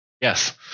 Yes